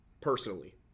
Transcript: personally